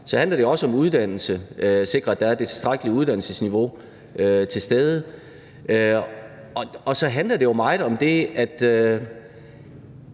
Så handler det jo også om uddannelse og sikre, at der er det tilstrækkelige uddannelsesniveau til stede. Og så handler det jo meget om det, som